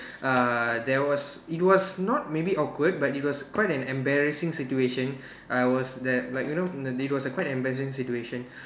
uh there was it was not maybe awkward but it was quite an embarrassing situation I was that like you know the it was quite an embarrassing situation